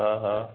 हा हा